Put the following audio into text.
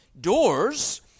doors